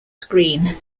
screen